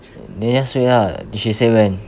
then just wait lah did she say when